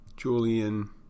Julian